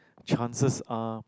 chances are